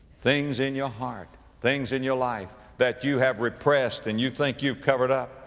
things in your heart, things in your life that you have repressed and you think you've covered up.